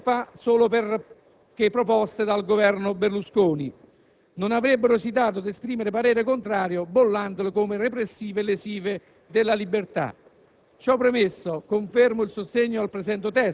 avverso le quali qualche anno fa, solo perché proposte dal Governo Berlusconi, non avrebbe esitato ad esprimere parere contrario bollandole come repressive e lesive della libertà.